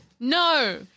No